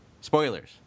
Spoilers